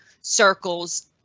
circles